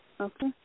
Okay